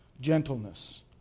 gentleness